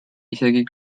isegi